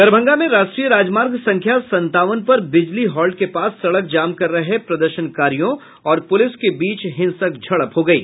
दरभंगा में राष्ट्रीय राजमार्ग संख्या संतावन पर बिजली हॉल्ट के पास सड़क जाम कर रहे प्रदर्शनकारियों और पुलिस के बीच हिंसक झड़प हो गयी